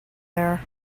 there